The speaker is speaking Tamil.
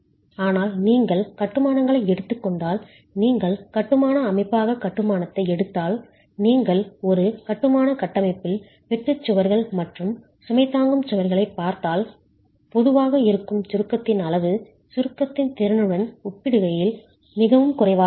ஆனால் நீங்கள் கட்டுமானங்களை எடுத்துக்கொண்டால் நீங்கள் கட்டுமான அமைப்பாக கட்டுமானத்தை எடுத்தால் நீங்கள் ஒரு கட்டுமான கட்டமைப்பில் வெட்டு சுவர்கள் மற்றும் சுமை தாங்கும் சுவர்களைப் பார்த்தால் பொதுவாக இருக்கும் சுருக்கத்தின் அளவு சுருக்கத்தின் திறனுடன் ஒப்பிடுகையில் மிகவும் குறைவாக இருக்கும்